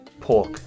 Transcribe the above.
pork